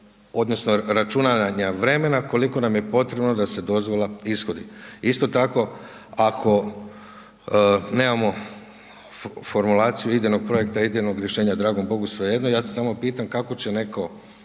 odnosno računanja vremena koliko nam je potrebno da se dozvola ishodi. Isto tako ako nemamo formulaciju idejnog projekta, idejnog rješenja, dragom bogu svejedno, ja se samo pitam kako će neko